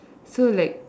so like